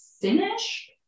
finished